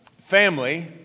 family